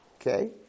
Okay